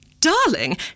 Darling